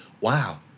wow